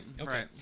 okay